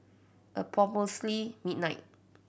approximately midnight